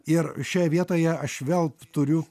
ir šioje vietoje aš vėl turiu